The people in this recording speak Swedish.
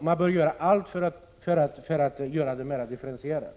Man bör göra allt för att få den mera differentierad.